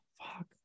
fuck